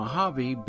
Mojave